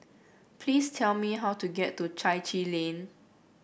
please tell me how to get to Chai Chee Lane